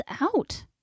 out